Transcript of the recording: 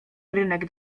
rynek